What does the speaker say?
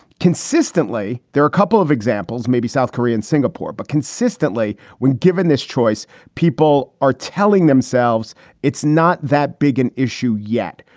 consistently, there are a couple of examples, maybe south korea and singapore, but consistently when given this choice, people are telling themselves it's not that big an issue yet.